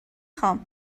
خوام